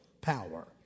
power